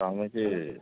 তা আমি কি